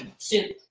soup,